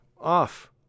off